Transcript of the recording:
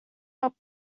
not